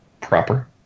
proper